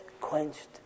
quenched